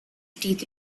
teeth